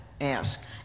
Ask